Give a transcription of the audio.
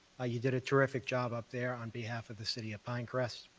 ah you did a terrific job up there on behalf of the city of pinecrest,